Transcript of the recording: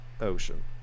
Ocean